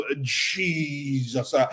Jesus